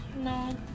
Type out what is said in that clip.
No